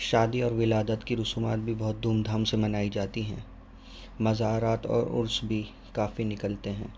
شادی اور ولادت کی رسومات بھی بہت دھوم دھام سے منائی جاتی ہیں مزارات اور عرس بھی کافی نکلتے ہیں